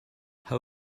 how